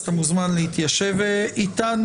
אז אתה מוזמן להתיישב איתנו.